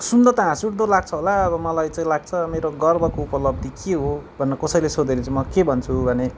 सुन्दा त हाँसउठ्दो लाग्छ होला अब मलाई चाहिँ लाग्छ मेरो गर्वको उपलब्धि के हो भनेर कसैले सोध्यो भने चाहिँ म के भन्छु भने